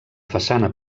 façana